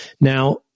Now